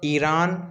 Iran